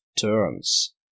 turns